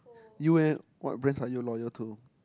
you eh what brands are you loyal to